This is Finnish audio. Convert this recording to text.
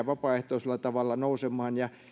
vapaaehtoisella tavalla nousemaan ja